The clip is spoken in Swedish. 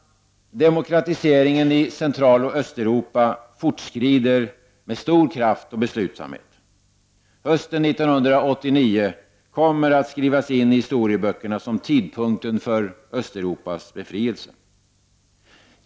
Demokratiseringen i Centraloch Östeuropa fortskrider med stor kraft och beslutsamhet. Hösten 1989 kommer att skrivas in i historieböckerna som tidpunkten för Östeuropas befrielse.